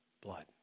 blood